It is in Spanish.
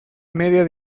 media